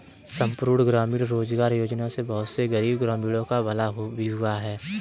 संपूर्ण ग्रामीण रोजगार योजना से बहुत से गरीब ग्रामीणों का भला भी हुआ है